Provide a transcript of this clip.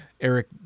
Eric